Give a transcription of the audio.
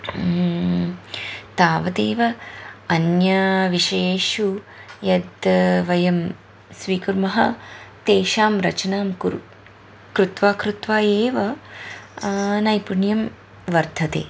तावदेव अन्यविषयेषु यत् वयं स्वीकुर्मः तेषां रचनां कुर्मः कृत्वा कृत्वा एव नैपुण्यं वर्धते